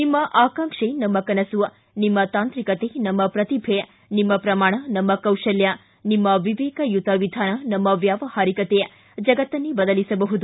ನಿಮ್ಮ ಆಕಾಂಕ್ಷೆ ನಮ್ಮ ಕನಸು ನಿಮ್ಮ ತಾಂತ್ರಿಕತೆ ನಮ್ಮ ಪ್ರತಿಭೆ ನಿಮ್ಮ ಪ್ರಮಾಣ ನಮ್ಮ ಕೌಶಲ್ಯ ನಿಮ್ಮ ವಿವೇಕಯುತ ವಿಧಾನ ನಮ್ಮ ವ್ಯಾವಹಾರಿಕತೆ ಜಗತ್ತನ್ನೇ ಬದಲಿಸಬಹುದು